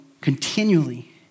continually